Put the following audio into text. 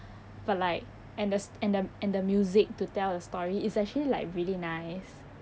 but like and the and the and the music to tell the story it's actually like really nice